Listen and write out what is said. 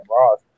Ross